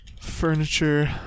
furniture